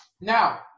Now